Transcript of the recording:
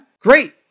great